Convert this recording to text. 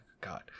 God